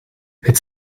het